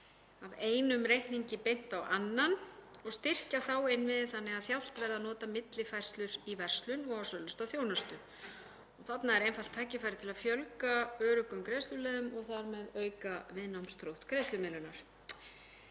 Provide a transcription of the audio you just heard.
af einum reikningi beint á annan, og styrkja þá innviði þannig að þjált verði að nota millifærslur í verslun og á sölustað þjónustu. Þarna er einfalt tækifæri til að fjölga öruggum greiðsluleiðum og þar með auka viðnámsþrótt greiðslumiðlunar.